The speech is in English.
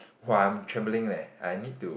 !wah! I am travelling leh I need to